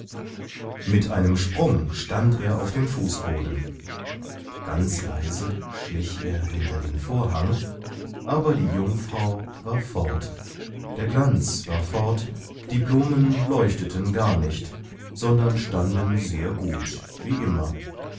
mit einem sprung stand er auf dem fußboden ganz leise schlich er hinter den vorhang aber die jungfrau war fort der glanz war fort die blumen leuchteten gar nicht sondern standen sehr gut wie immer